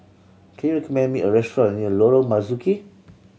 can you recommend me a restaurant near Lorong Marzuki